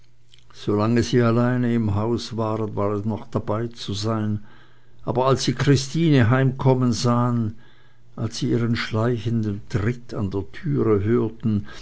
solange sie alleine im hause waren war es noch dabeizusein aber als sie christine heimkommen sahen als sie ihren schleichenden tritt an der türe hörten